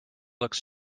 looked